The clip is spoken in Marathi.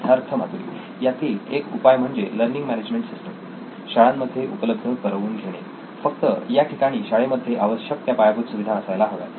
सिद्धार्थ मातुरी यातील एक उपाय म्हणजे लर्निंग मॅनेजमेंट सिस्टीम शाळांमध्ये उपलब्ध करवून घेणे फक्त या ठिकाणी शाळेमध्ये आवश्यक त्या पायाभूत सुविधा असायला हव्यात